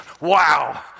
Wow